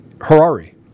Harari